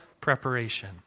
preparation